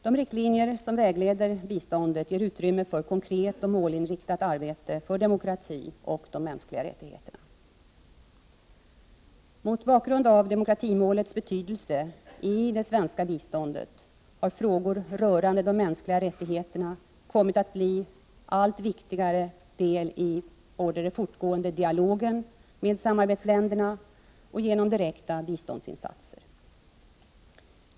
De riktlinjer som vägleder biståndet ger utrymme för ett konkret och målinriktat arbete för demokrati och mänskliga rättigheter. Mot bakgrund av demokratimålets betydelse i det svenska biståndet har frågor rörande mänskliga rättigheter kommit att bli en allt viktigare del både i den fortgående dialogen med samarbetsländerna och genom direkta biståndsinsatser.